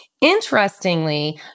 Interestingly